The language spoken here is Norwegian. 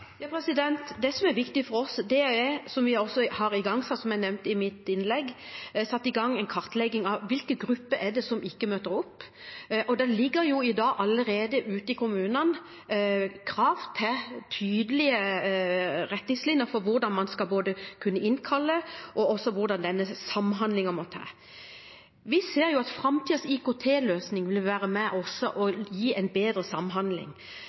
Det som er viktig for oss, er det vi også har igangsatt, og som jeg nevnte i mitt innlegg, en kartlegging av hvilke grupper som ikke møter opp. Allerede i dag ligger det ute i kommunene krav til tydelige retningslinjer for hvordan man skal kunne innkalle, og hvordan denne samhandlingen må være. Vi ser at framtidens IKT-løsninger også vil være med og gi en bedre samhandling,